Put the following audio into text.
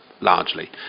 largely